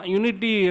unity